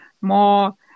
more